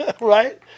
right